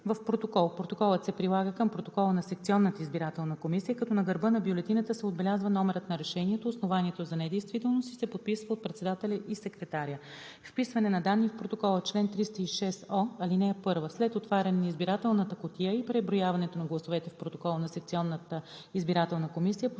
Протоколът се прилага към протокола на секционната избирателна комисия, като на гърба на бюлетината се отбелязва номерът на решението, основанието за недействителност и се подписва от председателя и секретаря. Вписване на данни в протокола Чл. 306о (1) След отварянето на избирателната кутия и преброяването на гласовете в протокола на секционната избирателна комисия